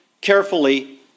carefully